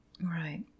Right